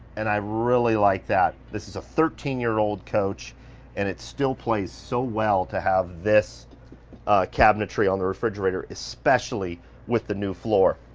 and i really liked that this is a thirteen year old coach and it still plays so well to have this cabinetry on the refrigerator, especially with the new floor.